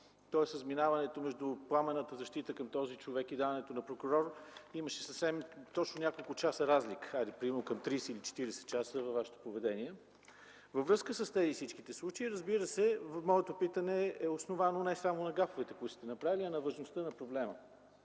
Тоест разминаването между пламенната защита на този човек и даването на прокурор – имаше точно няколко часа разлика, примерно към 30 или 40 часа, във Вашето поведение. Във връзка с всички тези случаи – моето питане е основано не само на гафовете, които сте направили, а на важността на проблема.